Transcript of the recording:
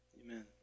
Amen